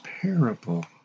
parable